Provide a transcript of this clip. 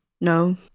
No